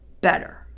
better